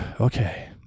okay